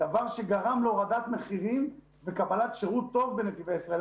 דבר שגרם להורדת מחירים וקבלת שירות טוב בנתיבי ישראל.